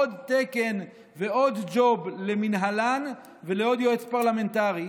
עוד תקן ועוד ג'וב למינהלן ולעוד יועץ פרלמנטרי,